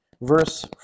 Verse